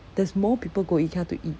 there's more people go ikea to eat